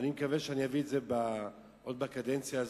אני מקווה שאני אביא את זה עוד בקדנציה הזו,